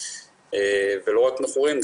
ולא רק מכורים,